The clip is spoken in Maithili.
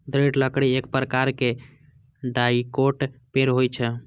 दृढ़ लकड़ी एक प्रकारक डाइकोट पेड़ होइ छै